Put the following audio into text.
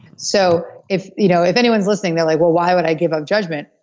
so if you know if anyone's listening they're like well why would i give up judgment?